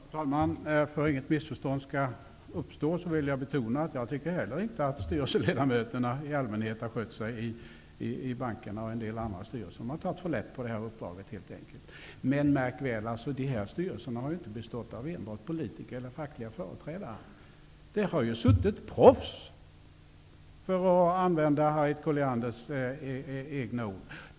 Fru talman! För att inget missförstånd skall uppstå vill jag betona att jag inte heller tycker att styrelseledamöterna i allmänhet har skött sig i bankerna och i en del andra styrelser. De har tagit för lätt på det uppdraget helt enkelt. Men, märk väl, de här styrelserna har inte enbart bestått av politiker eller fackliga företrädare. Där har suttit proffs, för att använda Harriet Collianders egna ord.